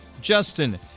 Justin